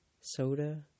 Soda